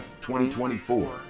2024